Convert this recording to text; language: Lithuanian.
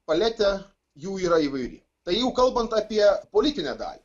paletė jų yra įvairi tai jeigu kalbant apie politinę dalį